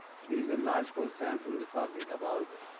there is a large concern from the public about